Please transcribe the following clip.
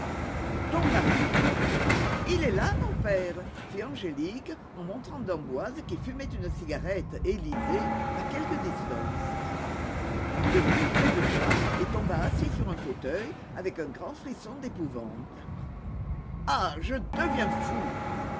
ton mari il est là mon père fit angélique en montrant d'emboise qui fumait une cigarette et lisait à quelque distance le duc trébucha et tomba assis sur un fauteuil avec un grand frisson d'épouvante ah je deviens fou